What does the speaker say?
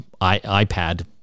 iPad